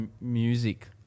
music